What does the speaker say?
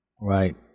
right